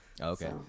Okay